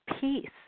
peace